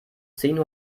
zehn